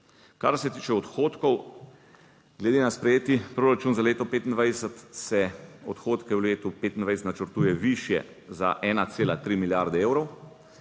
Kar se tiče odhodkov glede na sprejeti proračun za leto 2025 se odhodke v letu 2025 načrtuje višje za 1,3 milijarde evrov,